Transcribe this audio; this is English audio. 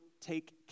take